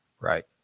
Right